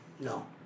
No